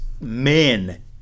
men